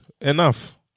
enough